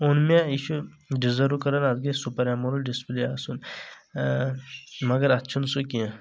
اوٚن مےٚ یہِ چھُ ڈزٲرٕو کران اتھ گژھِ سُپر اٮ۪مولڑ ڈسپلے آسُن مگر اتھ چھُنہٕ سُہ کینٛہہ